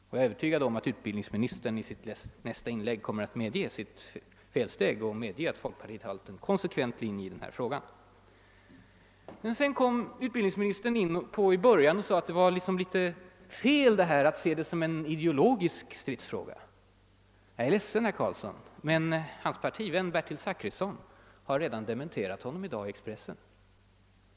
Jag är övertygad om att utbildningsministern i sitt nästa inlägg kommer att medge sitt misstag och intyga att folkpartiet har följt en konsekvent linje i denna fråga. Utbildningsministern sade att det var fel att se detta som ideologisk stridsfråga. Jag är ledsen, herr Carlsson, men Er pariivän Bertil Zachrisson har i dag redan dementerat Er i Expressen.